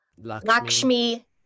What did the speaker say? Lakshmi